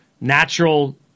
natural